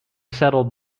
settle